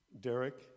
Derek